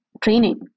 training